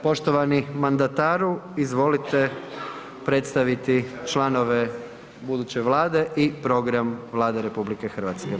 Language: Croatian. Poštovani mandataru, izvolite predstaviti članove buduće Vlade i program Vlade RH.